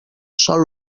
sol